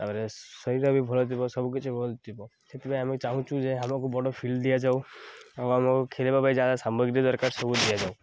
ତାପରେ ଶରୀର ବି ଭଲଥିବ ସବୁକିିଛି ଭଲଥିବ ସେଥିପାଇଁ ଆମେ ଚାହୁଁଛୁ ଯେ ଆମକୁ ବଡ଼ ଫିଲ୍ଡ଼ ଦିଆଯାଉ ଆଉ ଆମକୁ ଖେଳିବା ପାଇଁ ଯାହା ସାମଗ୍ରୀ ଦରକାର ସବୁ ଦିଆଯାଉ